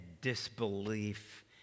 disbelief